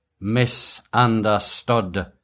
Misunderstood